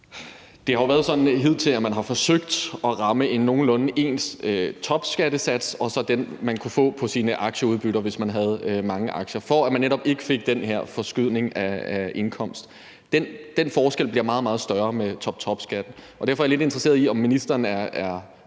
Det har jo været sådan hidtil, at man har forsøgt at ramme nogenlunde ens i forhold til topskattesatsen og så den, man kunne få på sine aktieudbytter, hvis man havde mange aktier, for at man netop ikke fik den her forskydning af indkomst. Den forskel bliver meget, meget større med toptopskatten, og derfor er jeg lidt interesseret i, om ministeren er